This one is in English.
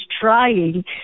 trying